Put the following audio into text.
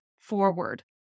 forward